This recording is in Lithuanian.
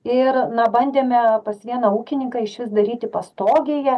ir na bandėme pas vieną ūkininką išvis daryti pastogėje